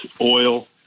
oil